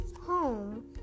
home